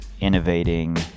innovating